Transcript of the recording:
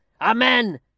Amen